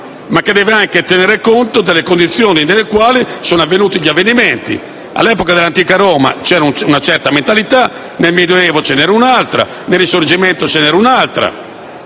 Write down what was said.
ma che deve anche tener conto delle condizioni nelle quali sono avvenuti gli avvenimenti. All'epoca dell'antica Roma c'era una certa mentalità, nel Medioevo ce n'era un'altra, nel Risorgimento un'altra